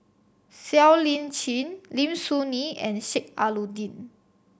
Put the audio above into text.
Siow Lee Chin Lim Soo Ngee and Sheik Alau'ddin